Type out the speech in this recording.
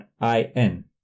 i-n